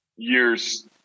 Years